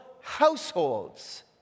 households